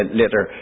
later